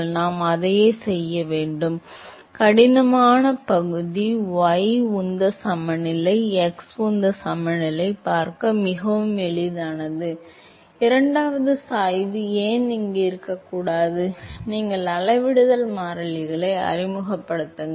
எனவே நாம் அதையே செய்ய வேண்டும் கடினமான பகுதி y உந்த சமநிலை x உந்த சமநிலை பார்க்க மிகவும் எளிதானது இரண்டாவது சாய்வு ஏன் இங்கு இருக்கக்கூடாது நீங்கள் அளவிடுதல் மாறிகளை அறிமுகப்படுத்துங்கள்